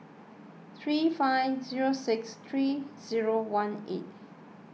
three five zero six three zero one eight